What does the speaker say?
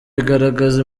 bigaragaza